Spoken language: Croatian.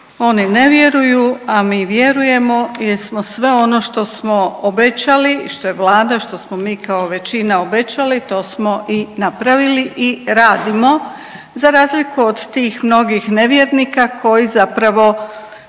oni ne vjeruju, a mi vjerujemo jer smo sve ono što smo obećali, što je Vlada, što smo mi kao većina obećali to smo i napravili i radimo za razliku od tih mnogih nevjernika koji zapravo